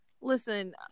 Listen